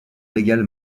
légal